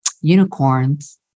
unicorns